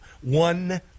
One